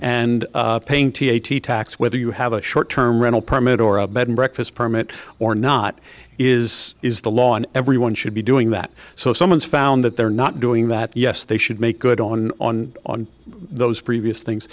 paying tax whether you have a short term rental permit or a bed and breakfast permit or not is is the law and everyone should be doing that so if someone's found that they're not doing that yes they should make good on on on those previous things